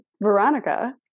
Veronica